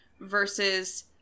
versus